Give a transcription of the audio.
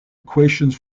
equations